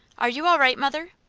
are you all right, mother?